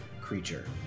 creature